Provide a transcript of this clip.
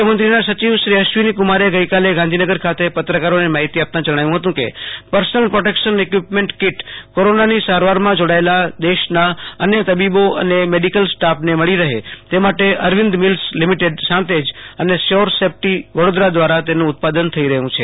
મુખ્યમંત્રીના સચિવ શ્રો અશ્વિનો કુમારે ગઈકાલે ગાંધોનગર ખાતે પત્રકારોને માહિતી આપાતાં જણાવ્યું હત કે પર્સનલ પ્રોટેકશન ઈકિવપમેન્ટ કીટ કોરોનાની સારવારમાં જોડાયેલા દેશના અન્ય તબી બો અને મેડીકલ સ્ટાફને મળી રહે તે માટે અરવિંદ મિલ્સ લીમોટેડ સાંતેજ અને સ્યોર સેફટી વડોદરા દવ ારા તેનું ઉત્પાદન થઈ રહયું છે